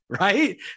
Right